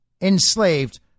enslaved